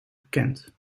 bekend